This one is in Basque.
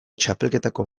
txapelketako